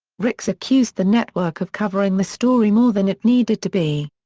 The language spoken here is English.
ricks accused the network of covering the story more than it needed to be.